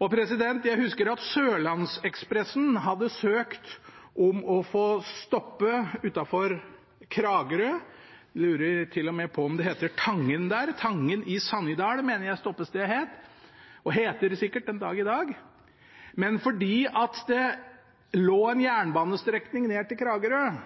Jeg husker at Sørlandsekspressen hadde søkt om å få stoppe utenfor Kragerø. Jeg lurer til og med på om det heter Tangen der – Tangen i Sannidal, mener jeg stoppestedet het, og heter sikkert det den dag i dag. Men fordi det lå en jernbanestrekning ned til Kragerø,